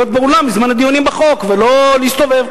באולם בזמן הדיונים על החוק ולא להסתובב.